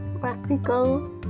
practical